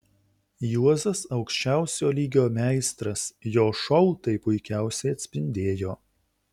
juozas aukščiausio lygio meistras jo šou tai puikiausiai atspindėjo